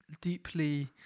deeply